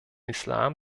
islam